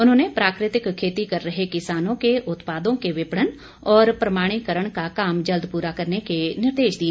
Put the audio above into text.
उन्होंने प्राकृतिक खेती कर रहे किसानों के उत्पादों के विपणन और प्रमाणीकरण का काम जल्द पूरा करने के निर्देश दिए